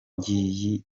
ngiyi